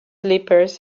slippers